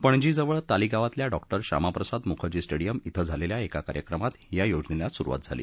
पणजीजवळ तालीगावातल्या doctor Shyamaprasad Mukherjee stadium िं झालेल्या एका कार्यक्रमात या योजनेला सुरुवात झाली